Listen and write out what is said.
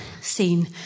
seen